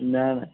ના ના